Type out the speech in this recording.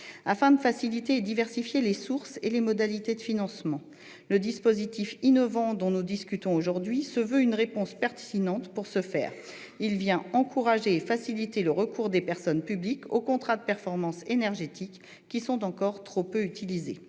pour faciliter et de diversifier les sources et les modalités de financement. Le dispositif innovant dont nous discutons aujourd'hui se veut une réponse pertinente pour ce faire. Il vient encourager et faciliter le recours des personnes publiques aux contrats de performance énergétique, qui sont encore trop peu utilisés.